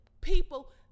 people